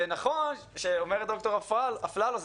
זה נכון שאומרת ד"ר אפללו,